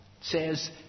says